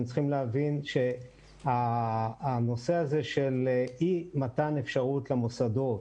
אתם צריכים להבין שהנושא הזה של אי מתן אפשרות למוסדות